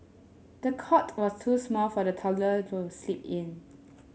the cot was too small for the toddler to sleep in